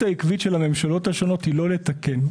העקבית של הממשלות השונות היא לא לתקן.